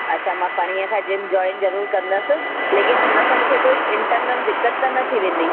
अच्छा मां पणीह सां जिम जॉइन ज़रूर कंदसि लेकिन उन सां मूंख कोई इंटरनल दिक़तु त न थी वेंदी